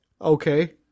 Okay